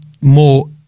more